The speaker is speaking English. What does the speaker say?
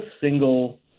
single